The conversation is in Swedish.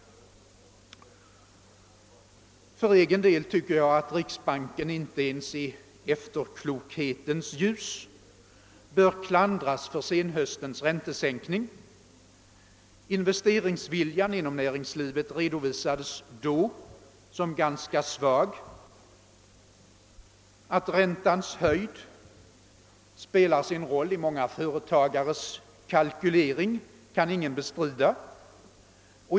För egen del tycker jag att riksbanken inte ens i efterklokhetens ljus bör klandras för senhöstens räntesänkning. Investeringsviljan inom näringslivet redovisades då som ganska svag. Att räntans höjd spelar sin roll i många företagares kalkylering kan ingen bestrida.